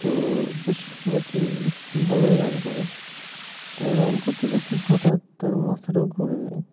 তো বেশ আর কি ভালোই রান করে তা রান করতে করতে হঠাৎ তার মাথাটাও ঘুরে যায়